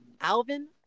Alvin